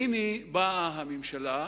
והנה, באה הממשלה,